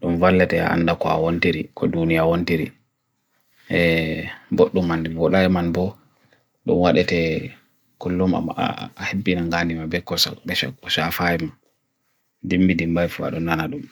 dum valete aanda ko awan teri, ko dunia awan teri, boh dum mani, boh lay man boh, dum wadete kullum ahibinan ghani mebek kosa, besha kosa affaim, dimmi dimbaifwa dun nanadum.